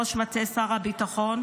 ראש מטה שר הביטחון,